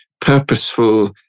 purposeful